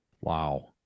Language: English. Wow